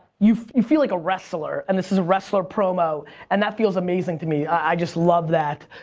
you you feel like a wrestler, and this is a wrestler promo, and that feels amazing to me. i just love that.